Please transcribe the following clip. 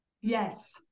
Yes